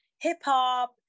hip-hop